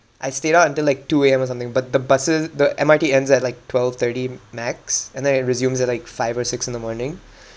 I stayed out until like two A_M or something but the bus the M_R_T ends at like twelve-thirty max and then it resumes at like five or six in the morning